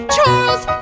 Charles